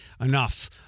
enough